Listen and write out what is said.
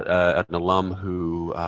an alum who